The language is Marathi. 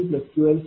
uआहे